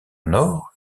nord